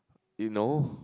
you know